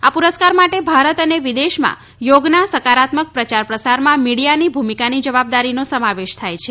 આ પુરસ્કાર માટે ભારત અને વિદેશમાં યોગના સકારાત્મક પ્રચાર પ્રસારમાં મીડીયાની ભૂમિકાને જવાબદારીનો સમાવેશ થાય છે